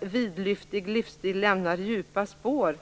Vidlyftig livsstil lämnar djupa spår.